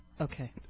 Okay